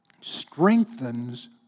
strengthens